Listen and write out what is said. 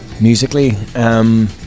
musically